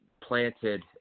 planted